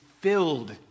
filled